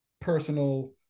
personal